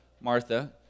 Martha